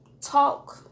talk